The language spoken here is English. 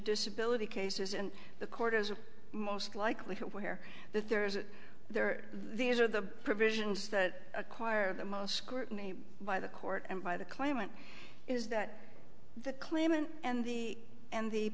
disability cases and the court is most likely where there is there these are the provisions that acquire the most scrutiny by the court and by the claimant is that the claimant and he and the